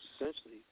essentially